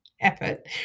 effort